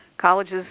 colleges